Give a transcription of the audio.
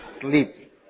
sleep